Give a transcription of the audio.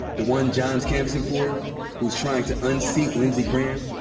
the one john's canvassing for who's trying to unseat lindsey graham?